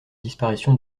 disparition